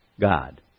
God